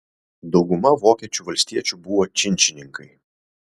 dauguma vokiečių valstiečių buvo činšininkai